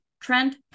Trent